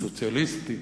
סוציאליסטים,